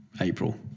April